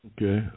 Okay